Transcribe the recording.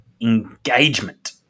engagement